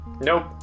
Nope